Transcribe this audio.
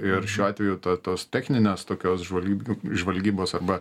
ir šiuo atveju ta tos techninės tokios žvalgy žvalgybos arba